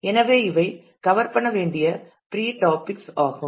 எனவே இவை கவர் பண்ண வேண்டிய பிரீ டாப்பிக்ஸ் ஆகும்